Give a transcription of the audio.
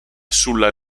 sulla